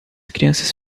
crianças